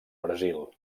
brasil